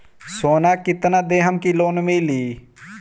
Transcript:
सोना कितना देहम की लोन मिली?